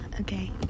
okay